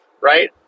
right